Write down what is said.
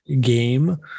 game